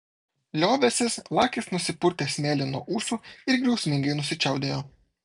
liovęsis lakis nusipurtė smėlį nuo ūsų ir griausmingai nusičiaudėjo